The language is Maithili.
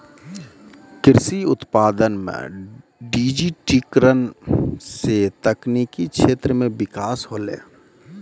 कृषि उत्पादन मे डिजिटिकरण से तकनिकी क्षेत्र मे बिकास होलै